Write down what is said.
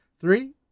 Three